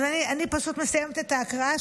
אני פשוט מסיימת את ההקראה.